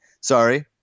Sorry